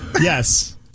Yes